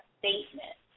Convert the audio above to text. statement